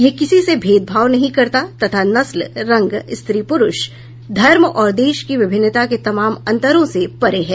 यह किसी से भेदभाव नहीं करता तथा नस्ल रंग स्त्री पुरुष धर्म और देश की विभिन्नता के तमाम अंतरों से परे है